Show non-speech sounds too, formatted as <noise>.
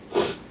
<coughs>